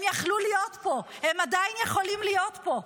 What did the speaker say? הם יכלו להיות פה, הם עדיין יכולים להיות פה.